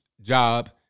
job